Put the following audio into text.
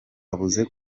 bavuze